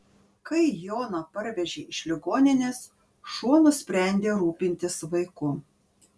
kai joną parvežė iš ligoninės šuo nusprendė rūpintis vaiku